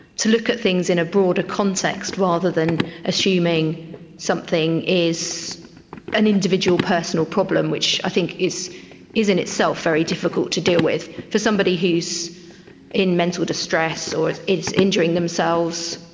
to look at things in a broader context rather than assuming something is an individual personal problem, which i think is is in itself very difficult to deal with. for somebody who is in mental distress or is is injuring themselves,